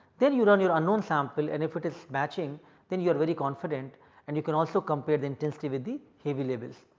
then you run your unknown sample and if it is matching then you are very confident and you can also compare the intensity with the heavy labels.